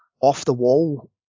off-the-wall